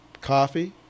coffee